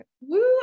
Woo